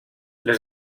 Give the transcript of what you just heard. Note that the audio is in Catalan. les